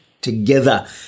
together